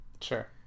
Sure